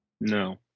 No